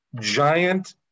giant